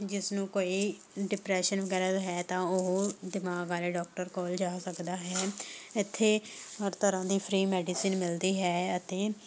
ਜਿਸ ਨੂੰ ਕੋਈ ਡਿਪਰੈਸ਼ਨ ਵਗੈਰਾ ਹੈ ਤਾਂ ਉਹ ਦਿਮਾਗ ਵਾਲੇ ਡੋਕਟਰ ਕੋਲ ਜਾ ਸਕਦਾ ਹੈ ਇੱਥੇ ਹਰ ਤਰ੍ਹਾਂ ਦੀ ਫਰੀ ਮੈਡੀਸਨ ਮਿਲਦੀ ਹੈ ਅਤੇ